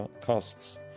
costs